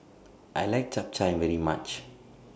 I like Chap Chai very much